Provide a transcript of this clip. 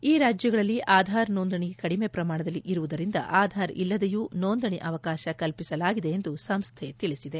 ಈ ರಾಜ್ಯಗಳಲ್ಲಿ ಆಧಾರ್ ನೋಂದಣಿ ಕಡಿಮೆ ಪ್ರಮಾಣದಲ್ಲಿ ಇರುವುದರಿಂದ ಆಧಾರ್ ಇಲ್ಲದೆಯೂ ನೋಂದಣಿಗೆ ಅವಕಾಶ ಕಲ್ಪಿಸಲಾಗಿದೆ ಎಂದು ಸಂಸ್ದೆ ತಿಳಿಸಿದೆ